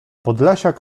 podlasiak